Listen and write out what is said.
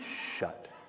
shut